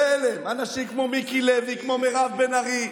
אלה אנשים כמו מיקי לוי, כמו מירב בן ארי,